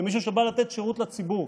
כמישהו שבא לתת שירות לציבור,